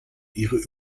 ihre